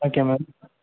okay ma'am